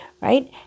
right